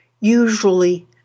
usually